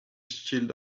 shield